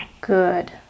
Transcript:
Good